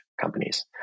companies